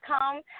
come